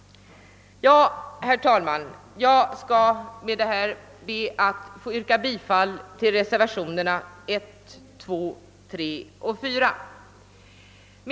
Herr talman! Jag ber med det anförda att få yrka bifall till reservationerna 1, 2, 3 och 4.